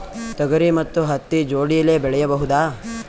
ತೊಗರಿ ಮತ್ತು ಹತ್ತಿ ಜೋಡಿಲೇ ಬೆಳೆಯಬಹುದಾ?